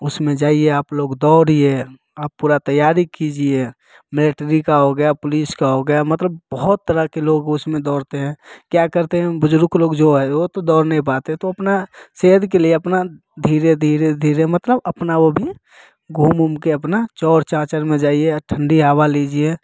उसमें जाइए आप लोग दौड़िए आप पूरा तैयारी कीजिए मिलेट्री का हो गया पुलिस का हो गया मतलब बहुत तरह के उसमें दौड़ते हैं क्या करते हैं बुजुर्ग लोग जो है वो तो दौड़ नहीं पाते हैं तो अपना सेहत के लिए अपना धीरे धीरे धीरे मतलब अपना वो घूम वूम के अपना चोरचाचल में जाइए ठंडी हवा लीजिए